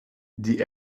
die